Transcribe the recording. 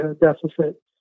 deficit